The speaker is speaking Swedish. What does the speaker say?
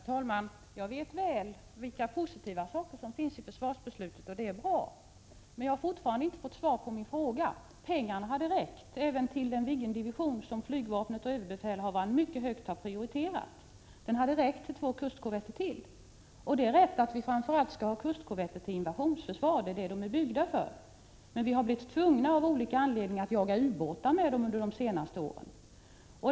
Herr talman! Jag vet mycket väl vilka positiva saker som finns i försvarsbeslutet, och det är bra att dessa finns där. Men jag har fortfarande inte fått svar på min fråga. Pengarna hade räckt även till den Viggendivision som flygvapnet och överbefälhavaren har prioriterat mycket högt, och de hade räckt till två ytterligare kustkorvetter. Det är riktigt att kustkorvetterna framför allt skall användas för invasionsförsvaret — de är byggda för det - men av olika anledningar har de varit tvungna att jaga ubåtar under de senaste åren.